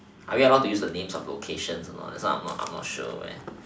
are we allowed to use the names of locations or not that's what I'm not I'm not sure eh